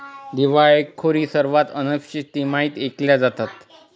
दिवाळखोरी सर्वात अनपेक्षित तिमाहीत ऐकल्या जातात